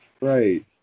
right